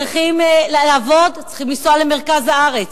צריכים לעבוד, צריכים לנסוע למרכז הארץ.